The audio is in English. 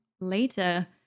later